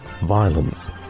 violence